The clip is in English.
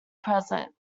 present